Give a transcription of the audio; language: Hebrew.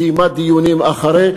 קיימה דיונים אחרי,